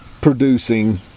producing